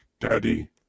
Daddy